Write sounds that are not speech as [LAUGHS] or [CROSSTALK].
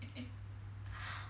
[LAUGHS] [BREATH]